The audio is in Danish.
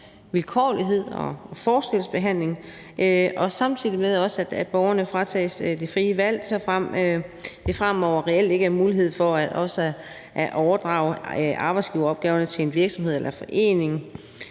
vilkårlighed og forskelsbehandling, samtidig med at borgerne også fratages det frie valg, så der fremover reelt ikke er en mulighed for også at overdrage arbejdsgiveropgaverne til en virksomhed eller en forening,